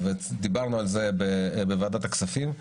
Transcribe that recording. ודיברנו על זה בוועדת הכספים.